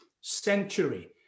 century